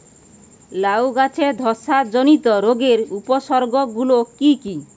লাউ গাছের ধসা জনিত রোগের উপসর্গ গুলো কি কি?